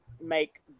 make